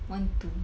want to